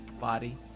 body